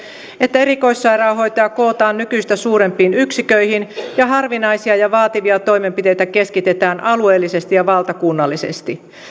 että erikoissairaanhoitoa kootaan nykyistä suurempiin yksiköihin ja harvinaisia ja vaativia toimenpiteitä keskitetään alueellisesti ja valtakunnallisesti